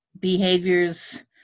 behaviors